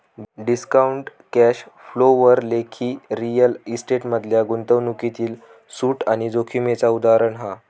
discounted cash flow वर लेख real estate मधल्या गुंतवणूकीतील सूट आणि जोखीमेचा उदाहरण हा